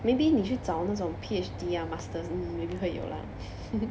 maybe 你去找那种 P_H_D ah masters maybe 会有 lah